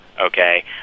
okay